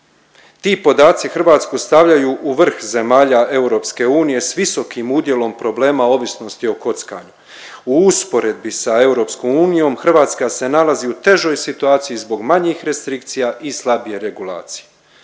Ti podaci Hrvatsku stavljaju u vrh zemalja EU s visokim udjelom problema ovisnosti o kockanju. U usporedbi sa EU Hrvatska se nalazi u težoj situaciji zbog manjih restrikcija i slabije regulacije.